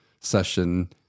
session